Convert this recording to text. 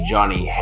Johnny